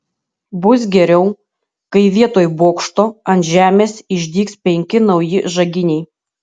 bus geriau kai vietoj bokšto ant žemės išdygs penki nauji žaginiai